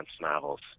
novels